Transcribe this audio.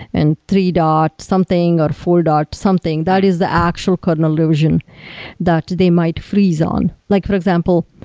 and three dot something or four dot something. that is the actual kernel revision that they might freeze on. like for example,